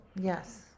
yes